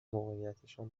واقعیتشان